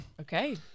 okay